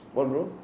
what bro